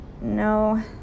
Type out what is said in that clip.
No